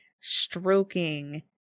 stroking